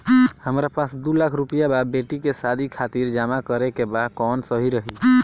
हमरा पास दू लाख रुपया बा बेटी के शादी खातिर जमा करे के बा कवन सही रही?